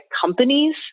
companies